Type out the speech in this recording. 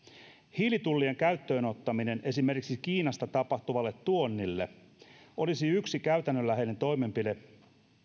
hiilitullien käyttöönottaminen esimerkiksi kiinasta tapahtuvalle tuonnille olisi yksi käytännönläheinen toimenpide